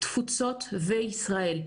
תפוצות וישראל.